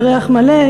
ירח מלא,